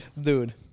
dude